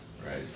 right